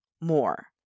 more